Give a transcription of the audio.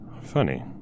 funny